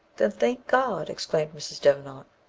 then, thank god! exclaimed mrs. devenant.